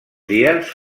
dies